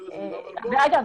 אגב,